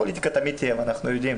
פוליטיקה תמיד תהיה, אנחנו יודעים.